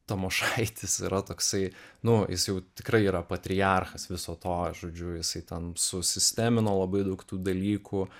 tamošaitis yra toksai nu jis jau tikrai yra patriarchas viso to žodžiu jisai ten susistemino labai daug tų dalykų